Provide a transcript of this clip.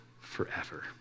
forever